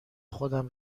خودم